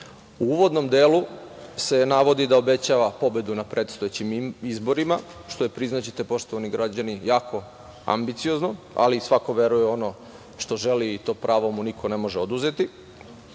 U uvodnom delu se navodi da obećava pobedu na predstojećim izborima, što je priznaćete poštovani građani jako ambiciozno, ali svako veruje u ono što želi i to pravo mu niko ne može oduzeti.